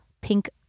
pink